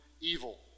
evil